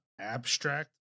abstract